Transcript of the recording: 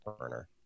burner